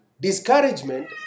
Discouragement